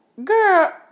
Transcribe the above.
Girl